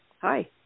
Hi